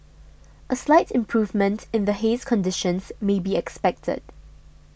a slight improvement in the haze conditions may be expected